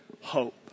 hope